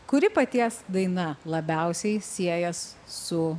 kuri paties daina labiausiai siejas su